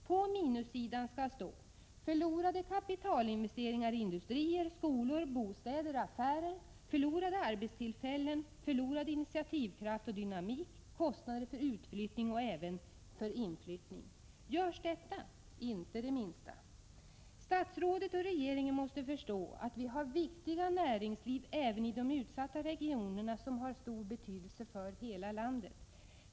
På minussidan skall stå förlorade kapitalinvesteringar i industrier, skolor, bostäder, affärer, förlorade arbetstillfällen, förlorad initiativkraft och dynamik, kostnader för utflyttning och även för inflyttning. Görs detta? Inte det minsta! Statsrådet och regeringen måste förstå att vi har viktiga näringsliv även i de utsatta regionerna, som har stor betydelse för hela landet.